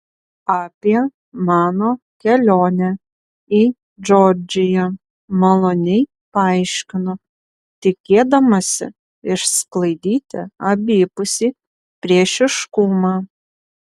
apie mano kelionę į džordžiją maloniai paaiškinu tikėdamasi išsklaidyti abipusį priešiškumą